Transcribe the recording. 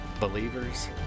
Believers